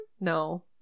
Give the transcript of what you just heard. No